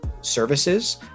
services